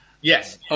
Yes